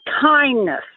kindness